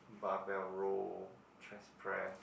bar bell roll chest press